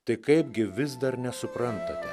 tai kaipgi vis dar nesuprantate